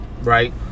right